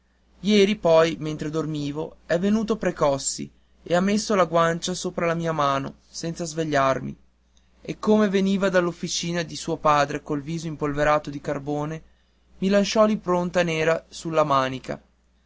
ieri poi mentre dormivo è venuto precossi e ha messo la guancia sopra la mia mano senza svegliarmi e come veniva dall'officina di suo padre col viso impolverato di carbone mi lasciò l'impronta nera sulla manica